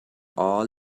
all